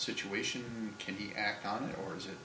situation can he act on it or is it